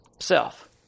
self